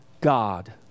God